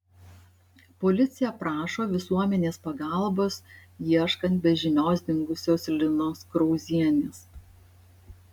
policija prašo visuomenės pagalbos ieškant be žinios dingusios linos krauzienės